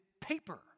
paper